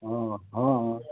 অ হয় হয়